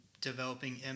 developing